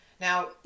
Now